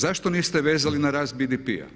Zašto niste vezali na rast BDP-a?